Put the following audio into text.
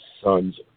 sons